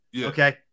Okay